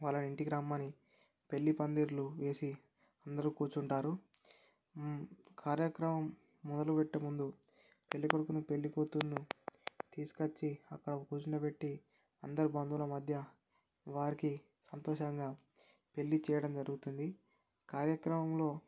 వాళ్ళని ఇంటికి రమ్మని పెళ్ళి పందిర్లు వేసి అందరూ కూర్చుంటారు కార్యక్రమం మొదలు పెట్టే ముందు పెళ్ళికొడుకును పెళ్ళికూతురును తీసుకొచ్చి అక్కడ కూర్చోబెట్టి అందరు బంధువుల మధ్య వారికి సంతోషంగా పెళ్ళి చేయడం జరుగుతుంది కార్యక్రమంలో